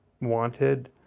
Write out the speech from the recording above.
wanted